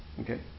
Okay